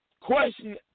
question